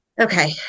Okay